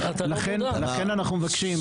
אנחנו מבקשים.